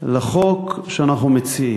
לחוק שאנחנו מציעים,